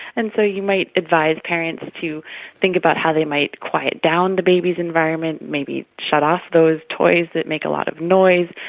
and so you might advise parents to think about how they might quiet down the baby's environment, maybe shut off those toys that make a lot of noise,